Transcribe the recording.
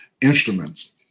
instruments